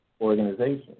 organization